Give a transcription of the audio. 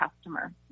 customer